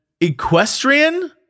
Equestrian